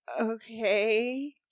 Okay